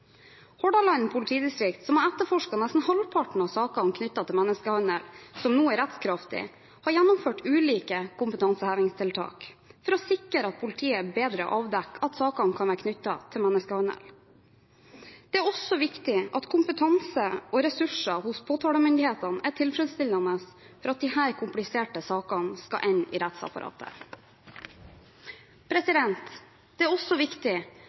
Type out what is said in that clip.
Hordaland politidistrikt som har etterforsket nesten halvparten av sakene knyttet til menneskehandel som nå er rettskraftig, har gjennomført ulike kompetansehevingstiltak for å sikre at politiet bedre avdekker at sakene kan være knyttet til menneskehandel. Det er også viktig at kompetanse og ressurser hos påtalemyndighetene er tilfredsstillende for at disse kompliserte sakene skal ende i rettsapparatet. Det er også viktig